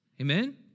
Amen